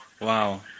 wow